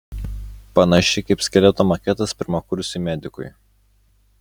panašiai kaip skeleto maketas pirmakursiui medikui